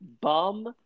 bum